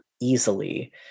easily